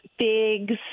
figs